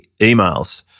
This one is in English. emails